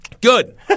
Good